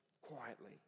quietly